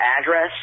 address